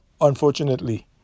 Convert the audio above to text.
unfortunately